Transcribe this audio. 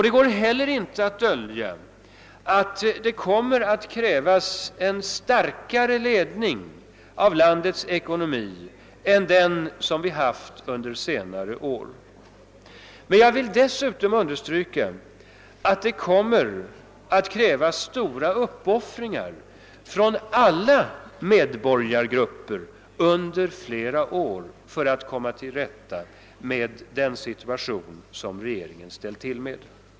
Det går inte heller att dölja att det kommer att krävas en starkare ledning av landets ekonomi än den vi haft under senare år. Men det kommer dessutom att krävas stora uppoffringar av alla medborgargrupper under flera år för att vi skall komma till rätta med den situation som regeringen ställt till med.